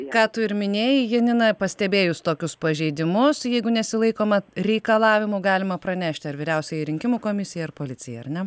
ką tu ir minėjai janina pastebėjus tokius pažeidimus jeigu nesilaikoma reikalavimų galima pranešti ar vyriausiajai rinkimų komisijai ar policijai ar ne